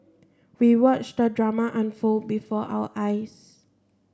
we watched the drama unfold before our eyes